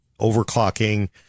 overclocking